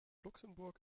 luxemburg